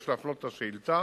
יש להפנות את השאילתא